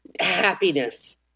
Happiness